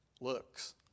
looks